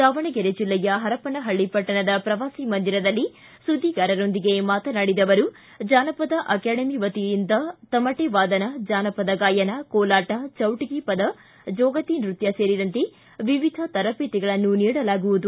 ದಾವಣಗೆರೆ ಜಿಲ್ಲೆಯ ಪರಪನಹಳ್ಳಿ ವಟ್ಟಣದ ಪ್ರವಾಸಿ ಮಂದಿರದಲ್ಲಿ ಸುದ್ದಿಗಾರರೊಂದಿಗೆ ಮಾತನಾಡಿದ ಅವರು ಜಾನಪದ ಅಕಾಡೆಮಿ ವತಿಯಿಂದ ತಮಟೆ ವಾದನ ಜಾನಪದ ಗಾಯನ ಕೋಲಾಟ ಚೌಟಿಗೆಪದ ಜೋಗತಿ ನೃತ್ತ ಸೇರಿದಂತೆ ವಿವಿಧ ತರಬೇತಿಗಳನ್ನು ನೀಡಲಾಗುವುದು